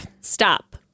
stop